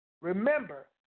remember